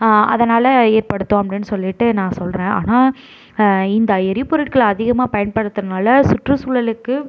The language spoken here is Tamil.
அதனால் ஏற்படுத்தும் அப்படின்னு சொல்லிட்டு நான் சொல்கிறேன் ஆனால் இந்த எரிபொருட்கள் அதிகமாக பயன்படுத்துறதுனால் சுற்றுசூழலுக்கு